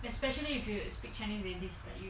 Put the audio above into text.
especially if you speak chinese they dislike you